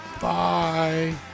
Bye